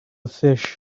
fish